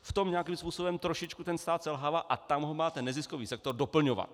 V tom nějakým způsobem trošičku ten stát selhává a tam ho má neziskový sektor doplňovat.